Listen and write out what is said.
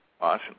Awesome